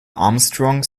armstrong